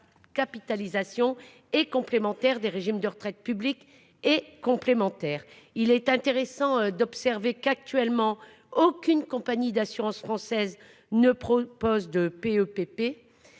capitalisation et complémentaire des régimes de retraites publiques et complémentaires. Il est intéressant d'observer qu'actuellement, aucune compagnie d'assurance française ne propose 2 Pepp.